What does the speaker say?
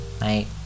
night